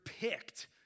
picked